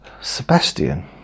Sebastian